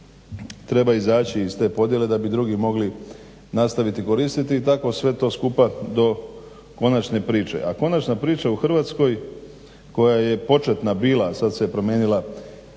treba izaći iz te podjele da bi drugi mogli nastaviti koristiti i tako sve to skupa do konačne priče. A konačna priča u Hrvatskoj koja je početna bila, sad se promijenila,